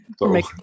Make